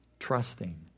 Trusting